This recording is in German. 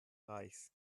reichs